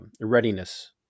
readiness